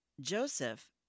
Joseph